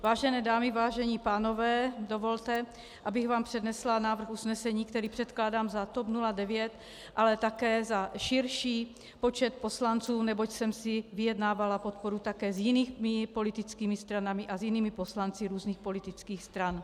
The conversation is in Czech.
Vážené dámy, vážení pánové, dovolte, abych vám přednesla návrh usnesení, který předkládám za TOP 09, ale také za širší počet poslanců, neboť jsem si vyjednávala podporu také s jinými politickými stranami a s jinými poslanci různých politických stran.